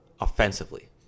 offensively